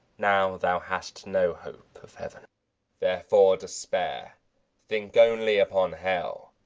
now thou hast no hope of heaven therefore despair think only upon hell,